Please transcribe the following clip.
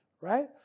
right